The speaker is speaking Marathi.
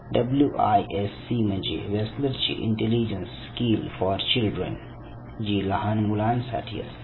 डब्ल्यू आय एस सी म्हणजे वेसलर ची इंटेलिजन्स स्किल फॉर चिल्ड्रेन जी लहान मुलांसाठी असते